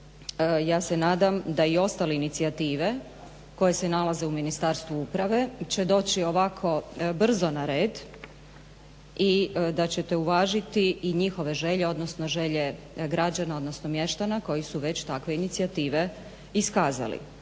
ja se nadam da i ostale inicijative koje se nalaze u Ministarstvu uprave će doći ovako brzo na red i da ćete uvažiti i njihove želje, odnosno želje građana, odnosno mještana koji su već takve inicijative iskazali.